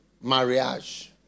marriage